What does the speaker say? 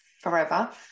forever